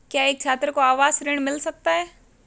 क्या एक छात्र को आवास ऋण मिल सकता है?